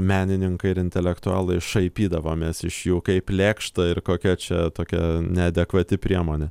menininkai ir intelektualai šaipydavomės iš jų kaip lėkšta ir kokia čia tokia neadekvati priemonė